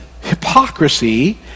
hypocrisy